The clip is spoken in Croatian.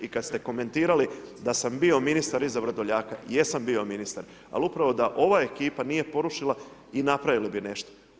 I kad ste komentirali da sam bio ministar iza Vrdoljaka, jesam bio ministar, ali upravo da ova ekipa nije porušila i napravili bi nešto.